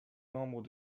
membres